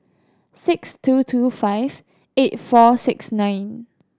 six two two five eight four six nine